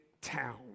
town